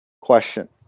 Question